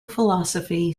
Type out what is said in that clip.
philosophy